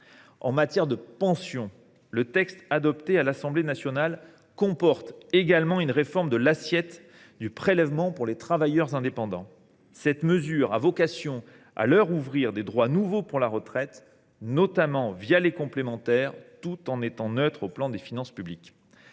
En matière de pensions, le texte adopté à l’Assemblée nationale comporte également une réforme de l’assiette du prélèvement pour les travailleurs indépendants. Cette mesure aura vocation à leur ouvrir des droits nouveaux pour la retraite, notamment les complémentaires, tout en étant neutre pour les finances publiques.